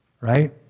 right